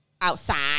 Outside